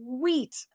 sweet